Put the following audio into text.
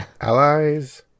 allies